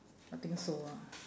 I think so ah